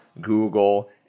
Google